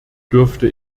dürfte